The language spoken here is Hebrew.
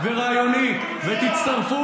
אדוני השר.